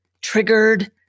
triggered